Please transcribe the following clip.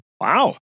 wow